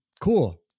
cool